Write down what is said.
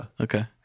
Okay